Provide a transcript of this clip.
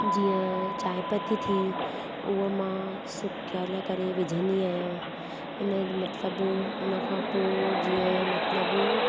जीअं चांहि पती थी उहा मां सुकल करे विझंदी आहियां इनजो मतिलबु उन खां पोइ जीअं मतिलबु